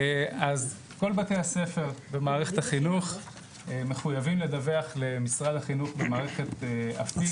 אז כל בתי הספר במערכת החינוך מחוייבים לדווח למשרד החינוך במערכת אפיק